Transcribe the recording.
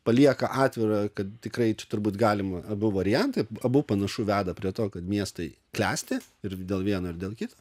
palieka atvirą kad tikrai čia turbūt galima abu variantai abu panašu veda prie to kad miestai klesti ir dėl vieno ir dėl kito